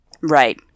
right